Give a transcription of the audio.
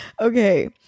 Okay